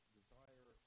desire